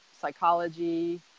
psychology